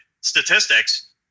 statistics